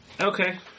Okay